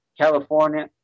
california